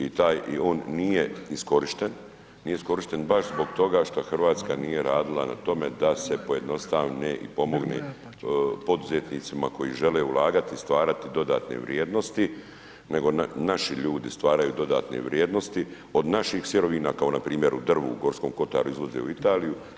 I taj, i on nije iskorišten, nije iskorišten baš zbog toga šta Hrvatska nije radila na tome da se pojednostavne i pomogne poduzetnicima koji žele ulagati i stvarati dodatne vrijednost, nego naši ljudi stvaraju dodatne vrijednosti, od naših sirovina kao npr. u drvu u Gorskom kotaru izvoze u Italiju.